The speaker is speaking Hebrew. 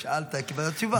שאלת, קיבלת תשובה.